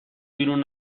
بیرون